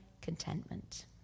contentment